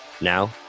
Now